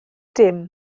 dim